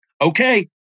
Okay